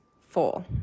four